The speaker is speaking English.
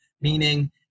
meaning